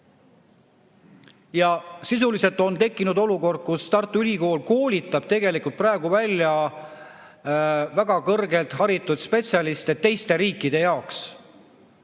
Sisuliselt on tekkinud olukord, kus Tartu Ülikool koolitab välja väga kõrgelt haritud spetsialiste teiste riikide jaoks.